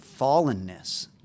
fallenness